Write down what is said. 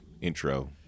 intro